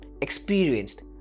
experienced